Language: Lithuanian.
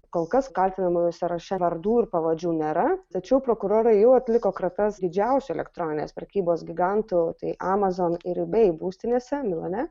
kol kas kaltinamųjų sąraše vardų ir pavardžių nėra tačiau prokurorai jau atliko kratas didžiausių elektroninės prekybos gigantų tai amazon ir ebay būstinėse milane